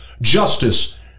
justice